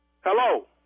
Hello